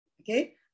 okay